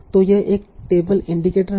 तो यह एक टेबल इंडिकेटर है